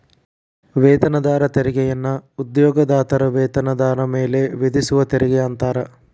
ವೇತನದಾರ ತೆರಿಗೆಯನ್ನ ಉದ್ಯೋಗದಾತರ ವೇತನದಾರ ಮೇಲೆ ವಿಧಿಸುವ ತೆರಿಗೆ ಅಂತಾರ